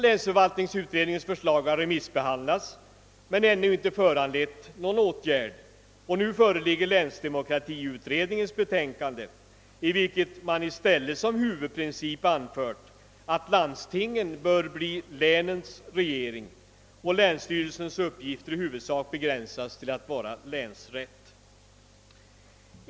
Länsförvaltningsutredningens förslag har remissbehandlats men ännu inte föranlett någon åtgärd, och nu föreligger länsdemokratiutredningens betänkande, i vilket som huvudprincip anförts att landstingen bör bli länets »regering» och länsstyrelsernas uppgifter i huvudsak begränsas till att vara »länsrätt».